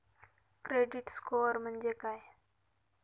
Credit score म्हणजे काय?